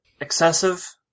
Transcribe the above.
excessive